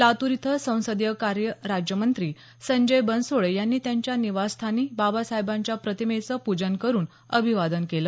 लातुर इथं संसदीयकार्य राज्य मंत्री संजय बनसोडे यांनी त्यांच्या निवासस्थानी बाबासाहेबांच्या प्रतिमेचं पूजन करून अभिवादन केलं